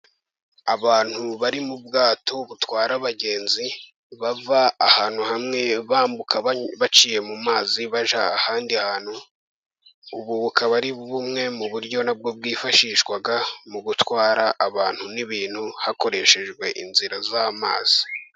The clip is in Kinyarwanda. Abantu bari mu bwato butwara abagenzi bava ahantu hamwe bambuka baciye mu mazi bajya ahandi hantu, ubu bukaba ari bumwe mu buryo na bwo bwifashishwa, mu gutwara abantu n'ibintu hakoreshejwe inzira z'amazi.